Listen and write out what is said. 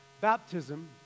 baptism